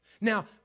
Now